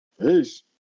Peace